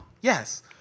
Yes